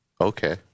okay